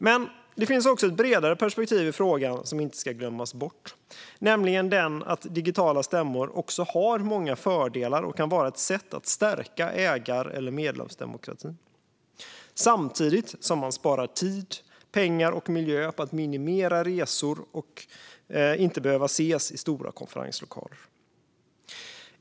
Men det finns också i frågan ett bredare perspektiv som inte ska glömmas bort, nämligen att digitala stämmor också har många fördelar och kan vara ett sätt att stärka ägar eller medlemsdemokratin, samtidigt som man sparar tid, pengar och miljö på att minimera resor och inte behöva ses i stora konferenslokaler.